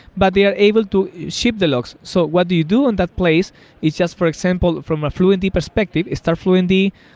but they are able to ship the logs. so what do you do in that place is just, for example, from a fluentd perspective, start fluentd,